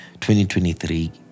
2023